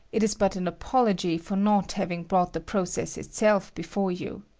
it is but an apology for not laving brought the process itself before you.